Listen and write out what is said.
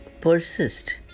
persist